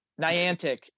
niantic